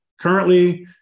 currently